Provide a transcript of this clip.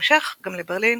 ובהמשך גם לברלין,